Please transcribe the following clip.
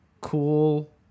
cool